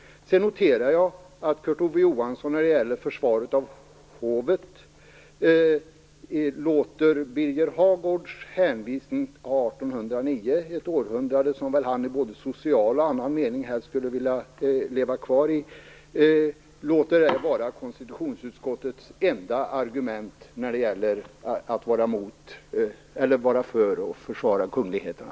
Sedan noterar jag att Kurt Ove Johansson när det gäller försvaret av hovet låter Birger Hagårds hänvisning till 1809, det är väl ett århundrade som han i både social och annan mening helst skulle vilja leva kvar i, vara konstitutionsutskottets enda argument för försvaret av kungligheterna.